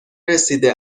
رسیده